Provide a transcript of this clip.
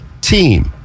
team